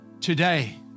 Today